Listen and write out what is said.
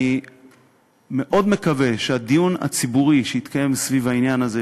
אני מאוד מקווה שהדיון הציבורי שיתקיים סביב העניין הזה,